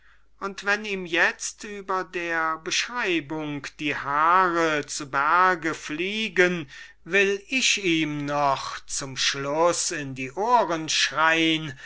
ist und wenn ihm jetzt über der beschreibung die haare zu berge fliegen will ich ihm noch zum schluß in die ohren schrei'n